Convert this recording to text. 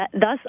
thus